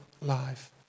life